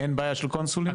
אין בעיה של קונסולים?